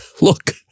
Look